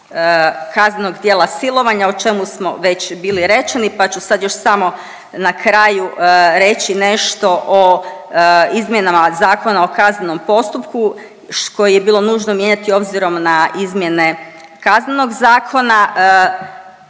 kaznenog djela silovanja o čemu smo već bili rečeni pa ću sad još samo na kraju reći nešto o izmjenama Zakona o kaznenom postupku koji je bilo nužno mijenjati obzirom na izmjene Kaznenog zakona.